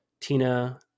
Tina